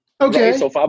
Okay